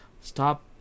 Stop